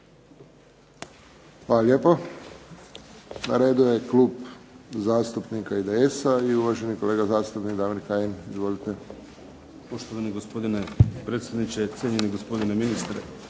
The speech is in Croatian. Hvala lijepo. Na redu je Klub zastupnika IDS-a i uvaženi kolega zastupnik Damir Kajin. Izvolite. **Kajin, Damir (IDS)** Poštovani gospodine predsjedniče, cijenjeni gospodine ministre,